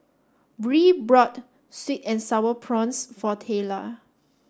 Bree bought sweet and sour prawns for Tayla